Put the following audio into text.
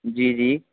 جی جی